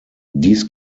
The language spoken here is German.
dies